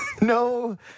No